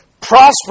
prosper